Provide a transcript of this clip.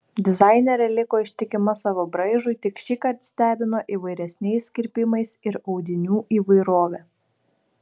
dizainerė liko ištikima savo braižui tik šįkart stebino įvairesniais kirpimais ir audinių įvairove